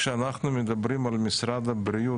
כשאנחנו מדברים על משרד הבריאות,